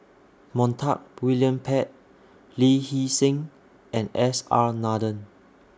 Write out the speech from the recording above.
Montague William Pett Lee Hee Seng and S R Nathan